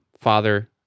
Father